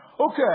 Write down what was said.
Okay